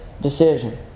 decision